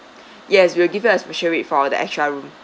yes we will give you a special rate for the extra room